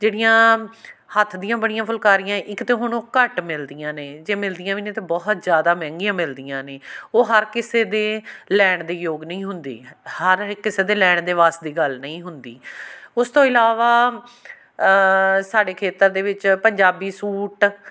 ਜਿਹੜੀਆਂ ਹੱਥ ਦੀਆਂ ਬਣੀਆਂ ਫੁਲਕਾਰੀਆਂ ਇੱਕ ਤਾਂ ਹੁਣ ਉਹ ਘੱਟ ਮਿਲਦੀਆਂ ਨੇ ਜੇ ਮਿਲਦੀਆਂ ਵੀ ਨੇ ਤਾਂ ਬਹੁਤ ਜ਼ਿਆਦਾ ਮਹਿੰਗੀਆਂ ਮਿਲਦੀਆਂ ਨੇ ਉਹ ਹਰ ਕਿਸੇ ਦੇ ਲੈਣ ਦੇ ਯੋਗ ਨਹੀਂ ਹੁੰਦੀ ਹਰ ਇੱਕ ਕਿਸੇ ਦੇ ਲੈਣ ਦੇ ਵੱਸ ਦੀ ਗੱਲ ਨਹੀਂ ਹੁੰਦੀ ਉਸ ਤੋਂ ਇਲਾਵਾ ਸਾਡੇ ਖੇਤਰ ਦੇ ਵਿੱਚ ਪੰਜਾਬੀ ਸੂਟ